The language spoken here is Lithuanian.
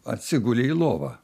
atsigulė į lovą